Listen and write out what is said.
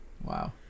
Wow